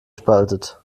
spaltet